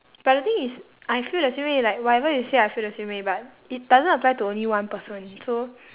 but the thing is I feel the same way like whatever you say I feel the same way but it doesn't apply to only one person so